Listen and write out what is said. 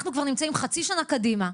אנחנו כבר נמצאים חצי שנה קדימה,